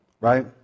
right